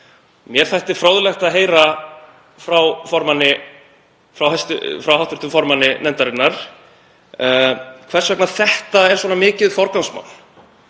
Mér þætti fróðlegt að heyra frá hv. formanni nefndarinnar hvers vegna þetta er svona mikið forgangsmál,